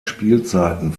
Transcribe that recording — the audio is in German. spielzeiten